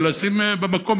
לשים במקום,